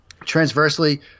transversely